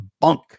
bunk